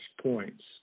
points